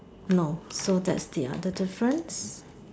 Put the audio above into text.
no so that's the other difference